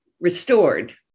restored